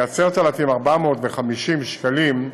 10,450 שקלים,